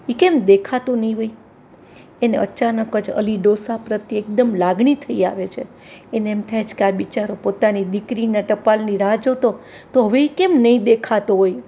એ કેમ દેખાતો નહીં હોય એને અચાનક જ અલી ડોસા પ્રત્યે એકદમ લાગણી થઈ આવે છે એને એમ થાય છે કે આ બિચારો પોતાની દીકરીના ટપાલની રાહ જોતો તો હવે એ કેમ નહીં દેખાતો હોય